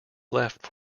left